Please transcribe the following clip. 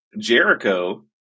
Jericho